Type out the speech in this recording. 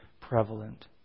prevalent